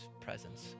presence